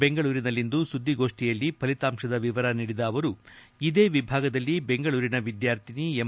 ಬೆಂಗಳೂರಿನಲ್ಲಿಂದು ಸುದ್ದಿಗೋಷ್ಟಿಯಲ್ಲಿ ಫಲಿತಾಂಶದ ವಿವರ ನೀಡಿದ ಅವರು ಇದೇ ವಿಭಾಗದಲ್ಲಿ ಬೆಂಗಳೂರಿನ ವಿದ್ಯಾರ್ಥಿನಿ ಎಂ